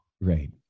Right